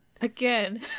Again